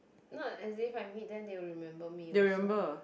not as if I meet them they will remember me also